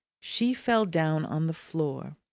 she fell down on the floor.